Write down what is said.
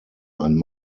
ein